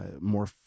more